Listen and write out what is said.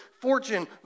fortune